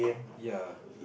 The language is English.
ya